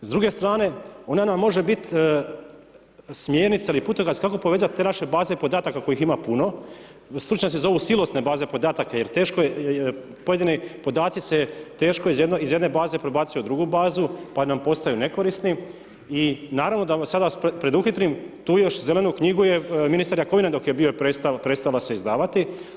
S druge strane, ona nam može biti smjernica ili putokaza kako povezat te naše baze podataka, kojih ima puno, stručnjaci zovu silosne baze podataka, jer teško je, pojedini podaci se teško iz jedne baze prebacuju u drugu bazu pa nam postaju nekorisni i naravno da vas sad preduhitrim, tu još Zelenu knjigu je ministar Jakovina dok je bio, prestala se izdavati.